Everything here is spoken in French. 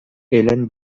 hélène